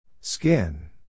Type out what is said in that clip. Skin